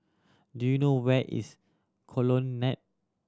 do you know where is Colonnade